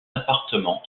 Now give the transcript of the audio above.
appartement